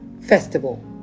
festival